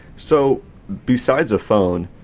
so besides a phone,